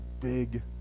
big